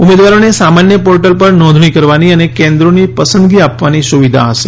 ઉમેદવારોને સામાન્ય પોર્ટલ પર નોંધણી કરવાની અને કેન્દ્રોની પસંદગી આપવાની સુવિધા હશે